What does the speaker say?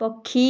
ପକ୍ଷୀ